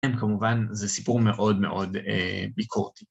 כמובן זה סיפור מאוד מאוד ביקורתי.